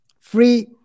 free